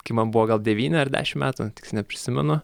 kai man buvo gal devyni ar dešim metų neprisimenu